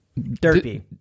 Derpy